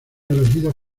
elegidos